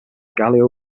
gallo